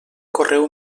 correu